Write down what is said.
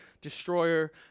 destroyer